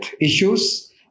issues